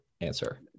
answer